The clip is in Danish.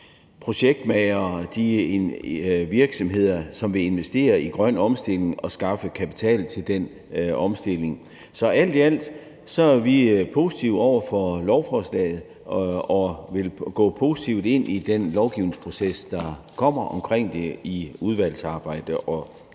projektmagere og de virksomheder, som vil investere i grøn omstilling, at skaffe kapital til den omstilling. Så alt i alt er vi positive over for lovforslaget og vil gå positivt ind i den lovgivningsproces, der kommer omkring det i udvalgsarbejdet og